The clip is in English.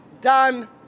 done